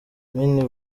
mini